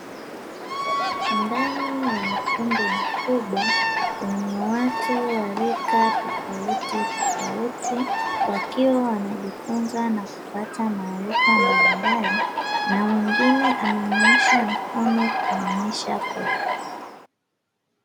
Ndani ya ukumbi mkubwa, wenye watu wa rika tofauti tofauti, wakiwa wanajifunza na kupata maarifa mbalimbali, na mwingine amenyoosha mkono kuonyesha kuelewa.